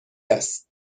است